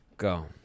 go